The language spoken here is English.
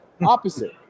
opposite